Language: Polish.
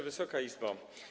Wysoka Izbo!